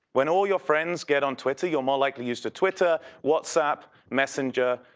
when all your friends get on twitter, you'll more likely use the twitter, whatsapp, messenger.